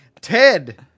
Ted